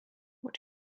what